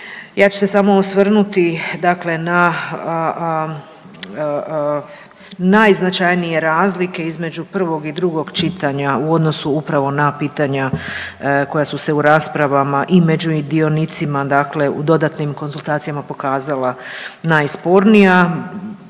ja ću se samo osvrnuti dakle na najznačajnije razlike između prvog i drugog čitanja u odnosu upravo na pitanja koja su se u raspravama i među dionicima dakle u dodatnim konzultacijama pokazala najspornija.